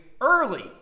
early